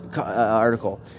article